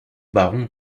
baron